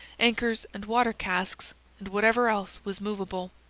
anchors, and water-casks and whatever else was moveable.